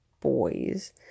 boys